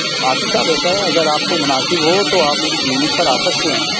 تو آصف صاحب ایسا ہے اگر آپ کو مناسب ہو تو آپ میری کلینک پر آ سکتے ہیں